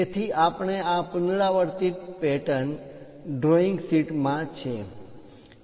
તેથી આપણે આ પુનરાવર્તિત પેટર્ન ડ્રોઈંગ શીટ માં છે એમ કહી શકીએ છીએ